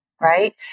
Right